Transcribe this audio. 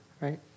right